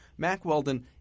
MacWeldon